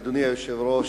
אדוני היושב-ראש,